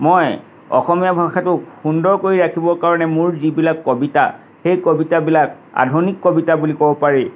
মই অসমীয়া ভাষাটোক সুন্দৰ কৰি ৰাখিবৰ কাৰণে মোৰ যিবিলাক কবিতা সেই কবিতাবিলাক আধুনিক কবিতা বুলি ক'ব পাৰি